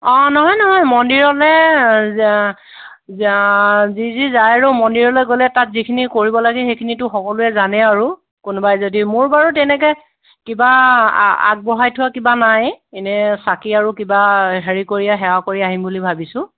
অঁ নহয় নহয় মন্দিৰলৈ যি যি যায় আৰু মন্দিৰলৈ গ'লে তাত যিখিনি কৰিব লাগে সেইখিনিতো সকলোৱে জানে আৰু কোনোবাই যদি মোৰ বাৰু তেনেকৈ কিবা আ আগবঢ়াই থোৱা কিবা নাই এনে চাকি আৰু কিবা হেৰি কৰি সেৱা কৰি আহিম বুলি ভাবিছোঁ